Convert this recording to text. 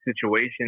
situation